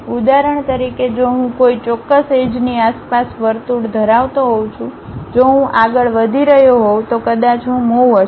ઉદાહરણ તરીકે જો હું કોઈ ચોક્કસ એજની આસપાસ વર્તુળ ધરાવતો હોઉં છું જો હું આગળ વધી રહ્યો હોઉં તો કદાચ હું મૂવ હશે